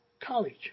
College